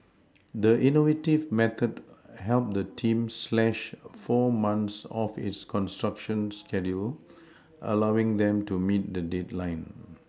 the innovative method helped the team slash four months off its construction schedule allowing them to meet the deadline